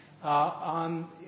On